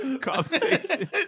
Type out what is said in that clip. conversation